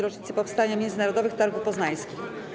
Rocznicy powstania Międzynarodowych Targów Poznańskich.